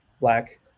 black